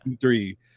Three